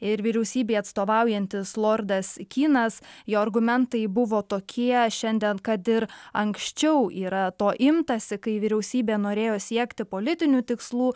ir vyriausybei atstovaujantis lordas kynas jo argumentai buvo tokie šiandien kad ir anksčiau yra to imtasi kai vyriausybė norėjo siekti politinių tikslų